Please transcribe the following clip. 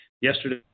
Yesterday